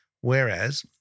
Whereas